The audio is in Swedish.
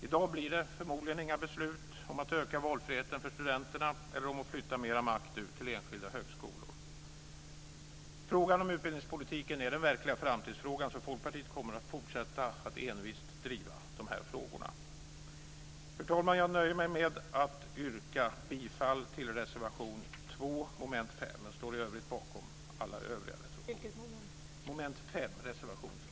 I dag blir det förmodligen inga beslut om att öka valfriheten för studenterna eller om att flytta mera makt ut till enskilda högskolor. Frågan om utbildningspolitiken är den verkliga framtidsfrågan, så Folkpartiet kommer att fortsätta att driva de här frågorna. Fru talman! Jag nöjer mig med att yrka bifall till reservation 2 vid mom. 5, men jag står bakom alla övriga reservationer.